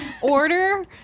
order